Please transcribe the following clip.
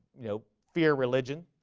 you know fear religion,